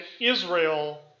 Israel